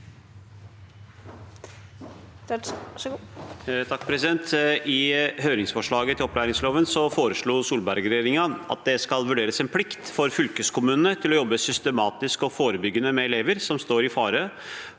I høringsforslaget til opp- læringsloven foreslo Solberg-regjeringen at det skal vurderes en plikt for fylkeskommunene til å jobbe systematisk og forebyggende med elever som står i fare